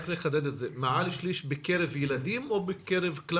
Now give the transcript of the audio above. רק לחדד את זה - מעל שליש בקרב ילדים או בקרב כלל המגיעים למיון?